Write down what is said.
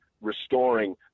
restoring